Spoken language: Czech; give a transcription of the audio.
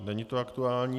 Není to aktuální.